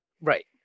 Right